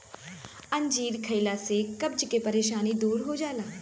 अंजीर खइला से कब्ज के परेशानी दूर हो जाला